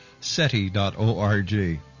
SETI.org